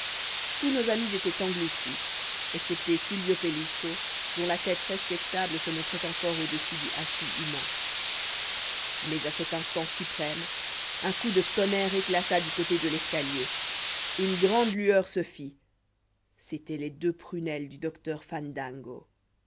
tous nos amis étaient engloutis excepté silvio pellico dont la tête respectable se montrait encore au dessus du hachis humain mais à cet instant suprême un coup de tonnerre éclata du côté de l'escalier une grande lueur se fit c'étaient les deux prunelles du docteur